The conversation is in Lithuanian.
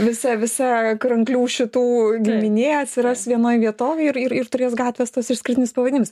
visa visa kranklių šitų giminė atsiras vienoj vietovėj ir ir turės gatvės tuos išskirtinius pavadinimus